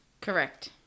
Correct